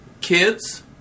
kids